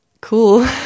cool